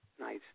nice